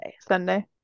Sunday